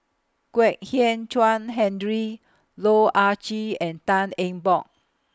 Kwek Hian Chuan Henry Loh Ah Chee and Tan Eng Bock